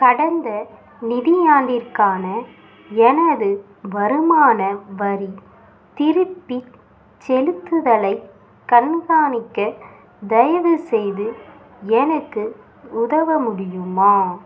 கடந்த நிதியாண்டிற்கான எனது வருமான வரி திருப்பிச் செலுத்துதலைக் கண்காணிக்க தயவுசெய்து எனக்கு உதவ முடியுமா